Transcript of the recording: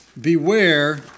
beware